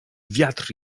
wiatr